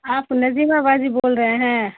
آپ نجیبہ باجی بول رہے ہیں